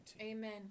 Amen